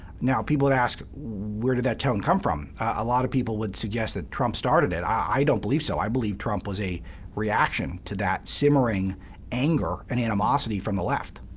now, people would ask, where did that tone come from? a lot of people would suggest that trump started it. i don't believe so. i believe trump was a reaction to that simmering anger and animosity from the left.